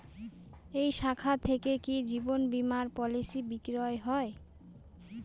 এই শাখা থেকে কি জীবন বীমার পলিসি বিক্রয় হয়?